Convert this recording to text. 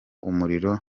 umuriro